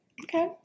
Okay